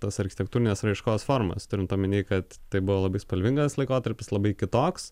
tas architektūrinės raiškos formas turint omeny kad tai buvo labai spalvingas laikotarpis labai kitoks